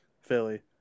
Philly